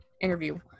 interview